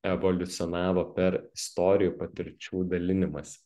evoliucionavo per istorijų patirčių dalinimąsi